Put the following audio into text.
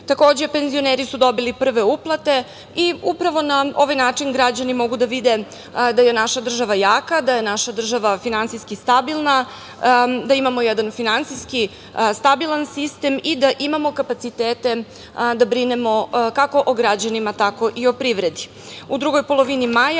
Takođe, penzioneri su dobili prve uplate. Upravo na ovaj način građani mogu da vide da je naša država jaka, da je naša država finansijski stabilna, da imamo jedan finansijski stabilan sistem i da imamo kapacitete da brinemo, kako o građanima, tako i o privredi.U drugoj polovini maja